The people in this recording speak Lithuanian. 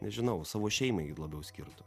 nežinau savo šeimai jį labiau skirtų